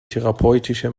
therapeutische